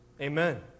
Amen